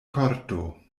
korto